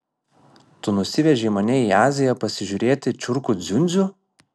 tu nusivežei mane į aziją pasižiūrėti čiurkų dziundzių